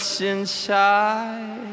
inside